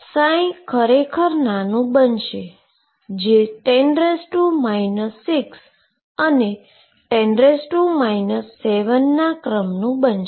તેથી ખરેખર નાનું બનશે જે 10 6 અને 10 7 ના ક્રમનું બનશે